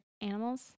animals